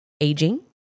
aging